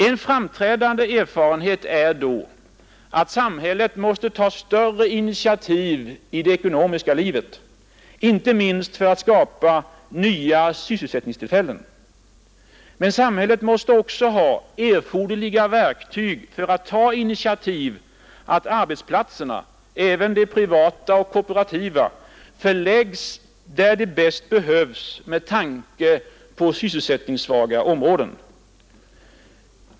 En framträdande erfarenhet är att samhället måste ta större initiativ i det ekonomiska livet, inte minst för att skapa nya sysselsättningstillfällen. Men samhället måste också ha erforderliga verktyg för att ta initiativ till att arbetsplatserna — även de privata och kooperativa — förläggs där de bäst behövs med tanke på sysselsättningssvaga områden.